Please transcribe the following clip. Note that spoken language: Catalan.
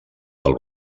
del